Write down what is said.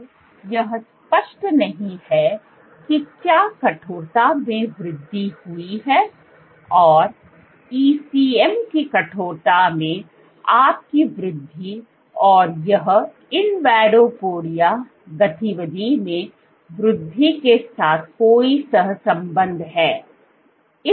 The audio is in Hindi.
तो यह स्पष्ट नहीं है कि क्या कठोरता में वृद्धि हुई है और ECM की कठोरता में आपकी वृद्धि और यह इनवेडोपोडिया गतिविधि में वृद्धि के साथ कोई सहसंबद्ध है